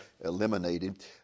eliminated